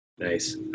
Nice